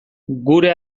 gure